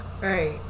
Right